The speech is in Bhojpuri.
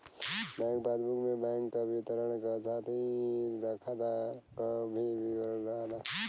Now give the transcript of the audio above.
बैंक पासबुक में बैंक क विवरण क साथ ही खाता क भी विवरण रहला